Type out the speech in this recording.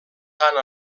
tant